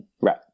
Right